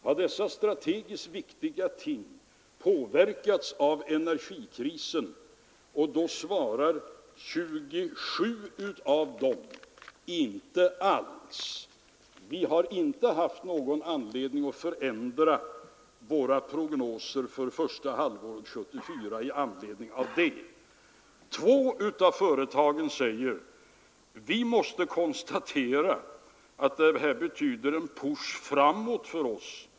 Har dessa strategiskt viktiga ting påverkats av energikrisen? Tjugosju av företagen svarar: Inte alls! Vi har inte haft någon anledning att ändra våra prognoser för första halvåret 1974 med anledning av detta. Två av företagen säger att de måste konstatera att det här betyder en push framåt för dem.